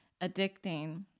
addicting